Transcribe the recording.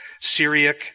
Syriac